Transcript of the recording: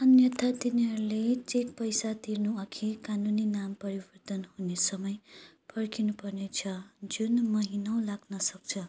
अन्यथा तिनीहरूले चेक पैसा तिर्नुअघि कानुनी नाम परिवर्तन हुने समय पर्खिनु पर्नेछ जुन महिनौ लाग्न सक्छ